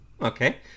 Okay